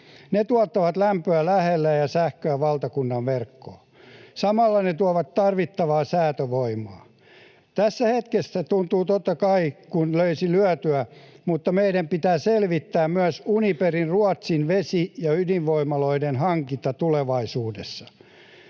Ne tuottavat lämpöä lähelle ja sähköä valtakunnan verkkoon. Samalla ne tuovat tarvittavaa säätövoimaa. Tässä hetkessä tuntuu totta kai kuin löisi lyötyä, mutta meidän pitää selvittää myös Uniperin Ruotsin vesi‑ ja ydinvoimaloiden hankinta tulevaisuudessa.